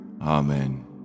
amen